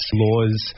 laws